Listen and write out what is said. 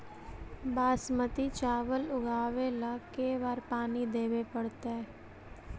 बासमती चावल उगावेला के बार पानी देवे पड़तै?